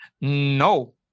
No